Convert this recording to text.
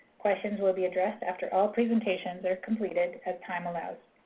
questions will be addressed after all presentations are completed as time allows.